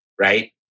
right